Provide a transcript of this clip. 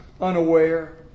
unaware